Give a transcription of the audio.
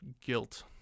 guilt